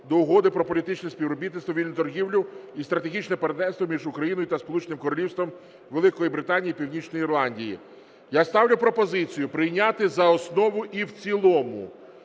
до Угоди про політичне співробітництво, вільну торгівлю і стратегічне партнерство між Україною та Сполученим Королівством Великої Британії і Північної Ірландії. Я ставлю пропозицію прийняти за основу і в цілому.